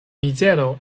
mizero